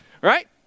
Right